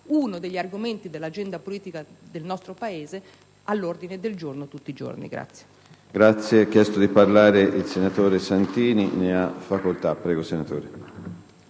uno degli argomenti dell'agenda politica del nostro Paese all'ordine del giorno tutti i giorni.